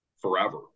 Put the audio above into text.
forever